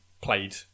played